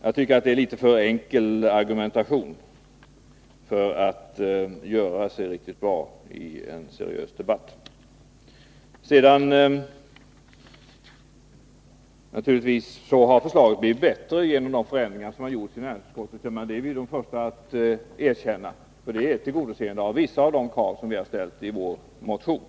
Jagtycker denna argumentation är litet för enkel för att göra sig riktigt bra i en seriös debatt. Förslaget har naturligtvis blivit bättre genom de förändringar som har gjorts i näringsutskottet — det är vi de första att erkänna. Ändringarna innebär ett tillgodoseende av vissa av de krav som vi har framställt i vår motion.